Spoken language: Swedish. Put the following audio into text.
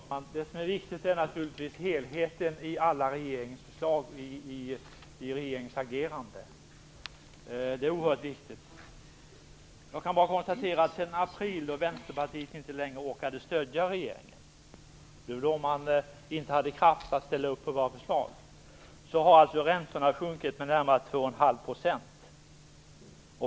Fru talman! Det som är oerhört viktigt är helheten i regeringens agerande. Jag kan konstatera att sedan april, då Vänsterpartiet inte längre orkade stödja regeringen och inte hade kraft att ställa upp på vårt förslag, har räntorna sjunkit med närmare 2,5 %.